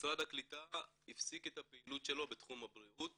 משרד הקליטה הפסיק את הפעילות שלו בתחום הבריאות